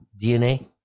DNA